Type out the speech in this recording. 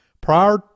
Prior